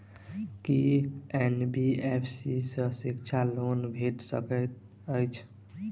की NBFC सँ शिक्षा loan भेटि सकैत अछि?